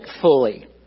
fully